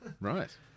Right